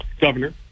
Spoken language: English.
governor